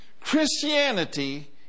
Christianity